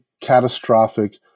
catastrophic